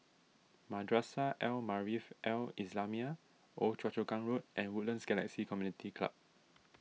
Madrasah Al Maarif Al Islamiah Old Choa Chu Kang Road and Woodlands Galaxy Community Club